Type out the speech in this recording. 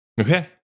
Okay